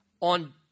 on